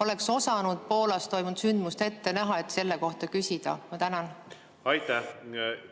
oleks osanud Poolas toimunud sündmust ette näha, et selle kohta küsida. Aitäh!